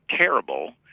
terrible